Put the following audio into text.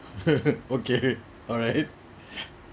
okay alright